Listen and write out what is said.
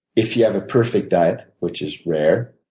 if you have a perfect diet which is rare,